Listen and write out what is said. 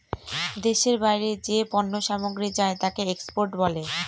দেশের বাইরে যে পণ্য সামগ্রী যায় তাকে এক্সপোর্ট বলে